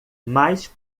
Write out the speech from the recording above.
mais